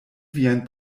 vian